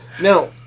Now